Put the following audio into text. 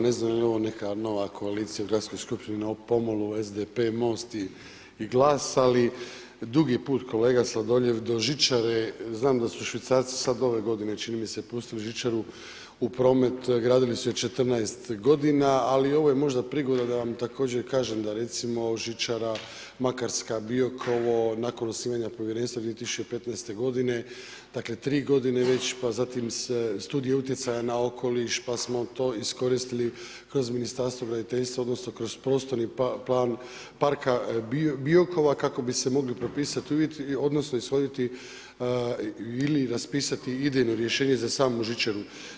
Ne znam je li ovo neka nova koalicija u Gradskoj skupštini na pomolu SDP, MOST i GLAS, ali dugi je put kolega Sladoljev, do žičare, znam da su Švicarci sad ove godine čini mi se, pustili žičaru u promet, gradili su je 14 g., ali je ovo možda prigoda vam također kažem da recimo žičara Makarska-Biokovo, nakon osnivanja povjerenstva 2015. g., dakle 3 g. već pa zatim se studije utjecaja na okoliš, pa smo to iskoristili kroz Ministarstvo graditeljstva odnosno kroz prostorni plan parka Biokova, kako bi se mogli propisati uvjeti odnosno ishoditi ili raspisati idejo rješenje za samu žičaru.